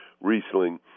Riesling